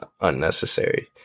unnecessary